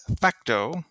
Facto